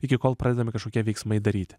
iki kol pradedami kažkokie veiksmai daryti